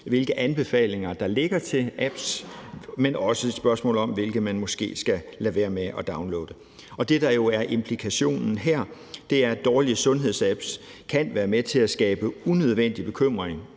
hvilke anbefalinger der ligger til apps, men også hvilke man måske skal lade være med at downloade. Det, der jo er implikationen her, er, at dårlige sundhedsapps kan være med til at skabe unødvendig bekymring